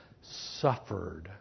suffered